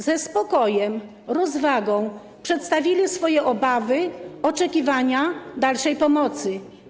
Ze spokojem, rozwagą przedstawili swoje obawy, oczekiwania dotyczące dalszej pomocy.